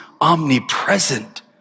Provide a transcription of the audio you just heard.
omnipresent